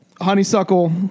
Honeysuckle